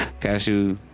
cashew